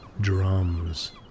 drums